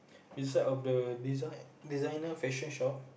beside of the design designer fashion shop